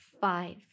five